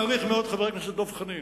באמת, אני מעריך מאוד את חבר הכנסת דב חנין.